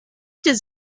does